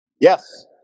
Yes